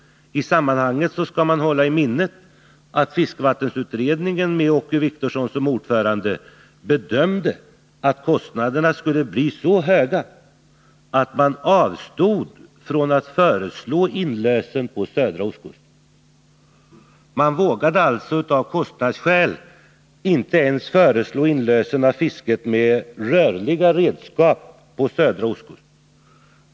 Man bör hålla i minnet att fiskevattensutredningen, med Åke Wictorsson som ordförande, bedömde att kostnaderna skulle bli så höga att man avstod från att föreslå inlösen för södra ostkusten. Man vågade alltså av kostnadsskäl inte ens föreslå inlösen av handredskapsfisket på södra ostkusten.